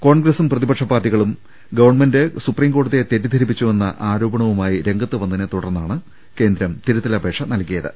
കോൺഗ്രസും പ്രതിപക്ഷ പാർട്ടികളും ഗവൺമെന്റ് കോടതിയെ തെറ്റിദ്ധരിപ്പിച്ചുവെന്ന ആരോപണവുമായി രംഗത്തു വന്നതിനെ തുടർന്നാണ് കേന്ദ്രം തിരുത്തൽ അപേക്ഷ നൽകിയ ത്